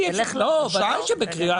ודאי שבקריאות.